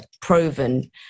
proven